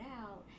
out